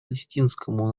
палестинскому